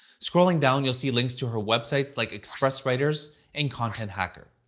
scrolling down, you'll see links to her websites like express writers and content hacker.